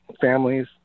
families